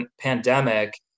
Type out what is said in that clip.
pandemic